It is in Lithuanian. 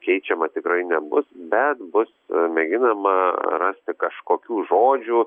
keičiama tikrai nebus bet bus mėginama rasti kažkokių žodžių